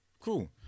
cool